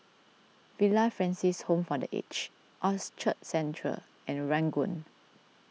Villa Francis Home for the Aged Orchard Central and Ranggung